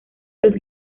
los